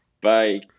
Bye